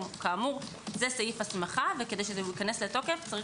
זה סעיף הסמכה וכדי שייכנס לתוקף צריך